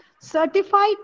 certified